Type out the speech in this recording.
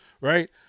right